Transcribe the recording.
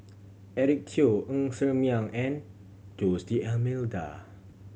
Eric Teo Ng Ser Miang and Jose D'Almeida